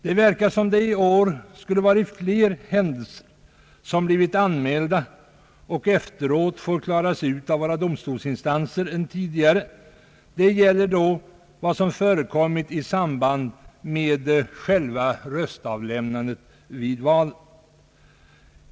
Det verkar som om det i år skulle ha inträffat flera händelser som har blivit anmälda och efteråt får klaras ut av våra domstolsinstanser än tidigare. Det gäller då vad som har förekommit i samband med själva röstavlämnandet i valet.